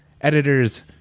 editors